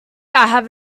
have